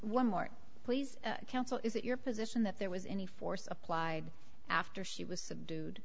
one more please counsel is it your position that there was any force applied after she was subdued